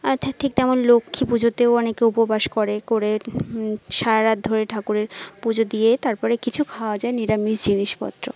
অর্থাৎ ঠিক তেমন লক্ষ্মী পুজোতেও অনেকে উপবাস করে করে সারারাত ধরে ঠাকুরের পুজো দিয়ে তারপরে কিছু খাওয়া যায় নিরামিষ জিনিসপত্র